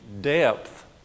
depth